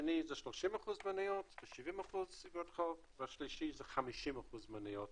השני זה 30% מניות ו-70% אגרות חוב והשלישי זה 50% מניות